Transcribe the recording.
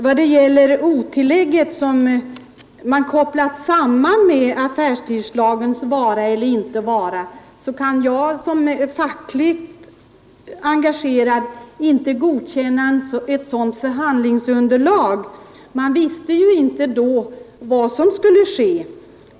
Vad beträffar ob-tillägget, som kopplats samman med affärstidslagens vara eller inte vara, kan jag som fackligt engagerad inte godkänna förhandlingsunderlaget. Man visste vid förhandlingarna inte vad som skulle ske.